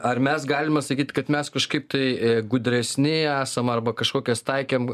ar mes galime sakyt kad mes kažkaip tai e gudresni esam arba kažkokios taikėm